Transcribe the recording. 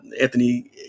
Anthony